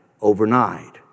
overnight